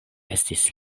estis